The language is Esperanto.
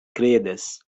kredas